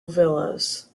villas